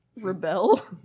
rebel